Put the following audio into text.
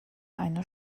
einer